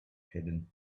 hidden